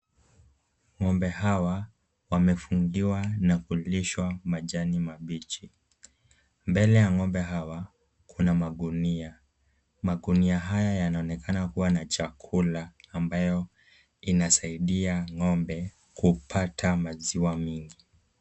Ng'ombe hawa, wamefungiwa na kulishwa majani mabichi. Mbele ya ng'ombe hawa kuna magunia. Magunia haya yanaonekana kuwa na chakula ambayo inasaidia ng'ombe kupata maziwa mingi.